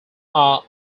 are